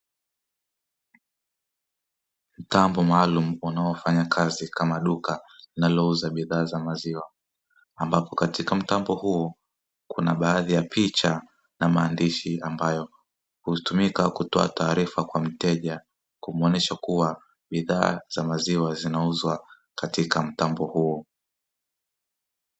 Mtambo maalumu unaofanya kazi kama duka linalouza bidhaa za maziwa ambapo katika mtambo huo kuna baadhi ya picha na maandishi, ambayo hutumika kutoa taarifa kwa mteja kumwonesha kuwa bidhaa za maziwa zinauzwa katika mtambo huo.